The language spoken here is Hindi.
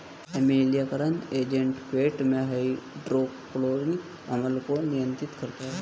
अम्लीयकरण एजेंट पेट में हाइड्रोक्लोरिक अम्ल को नियंत्रित करता है